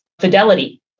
fidelity